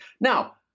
Now